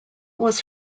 was